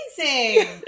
amazing